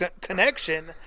connection